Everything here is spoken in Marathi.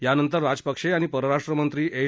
यानंतर राजपक्षे यांनी परराष्ट्रमंत्री एस